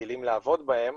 רגילים לעבוד בהם,